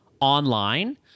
online